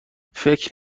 فکر